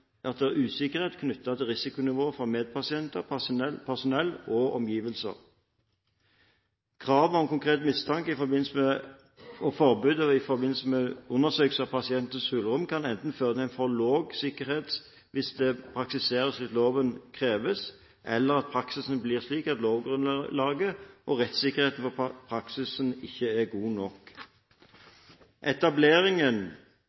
at det er usikkerhet knyttet til risikonivået for medpasienter, personell og omgivelser. Kravet om konkret mistanke og forbudet mot undersøkelser av pasientens hulrom kan enten føre til en for lav sikkerhet, hvis det praktiseres slik loven krever, eller at praksisen blir slik at lovgrunnlaget og rettssikkerheten for praksisen ikke er god